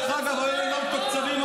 היום הם לא מתוקצבים,